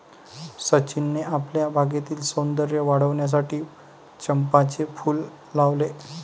सचिनने आपल्या बागेतील सौंदर्य वाढविण्यासाठी चंपाचे फूल लावले